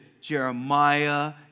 Jeremiah